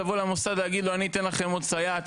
לבוא למוסד להגיד לו אני אתן לכם עוד סייעת,